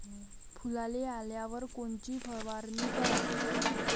फुलाले आल्यावर कोनची फवारनी कराव?